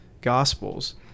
Gospels